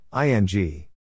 ING